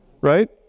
Right